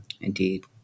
Indeed